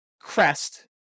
crest